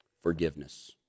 Forgiveness